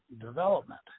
development